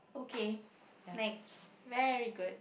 okay next very good